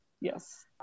yes